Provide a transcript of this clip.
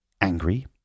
angry